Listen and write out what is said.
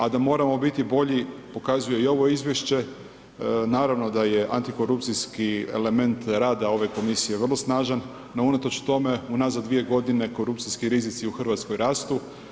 A da moramo biti bolji, pokazuje i ovo izvješće, naravno, da je antikorupcijski element rada ove komisije vrlo snažan, no, unatoč tome, unazad 2 godine, korupcijski rizici u Hrvatskoj rastu.